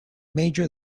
major